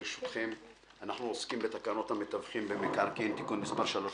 אנחנו עוסקים בתקנות המתווכים במקרקעין (תיקון מס' 3),